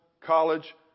college